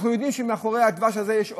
אנחנו יודעים שמאחורי הדבש הזה יש עוקץ,